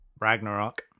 ragnarok